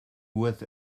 wet